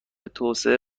توسعه